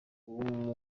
w’amaguru